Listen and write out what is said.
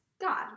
God